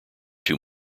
two